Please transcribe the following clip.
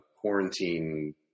quarantine